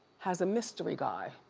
has a mystery guy.